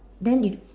then you don't